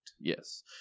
Yes